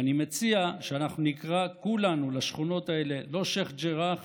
אני מציע שכולנו נקרא לשכונות האלה לא שייח' ג'ראח